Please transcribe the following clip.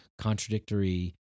Contradictory